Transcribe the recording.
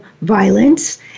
violence